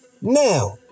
Now